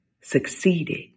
Succeeded